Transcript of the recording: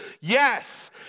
yes